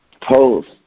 post